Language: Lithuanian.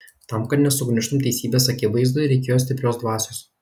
tam kad nesugniužtum teisybės akivaizdoj reikėjo stiprios dvasios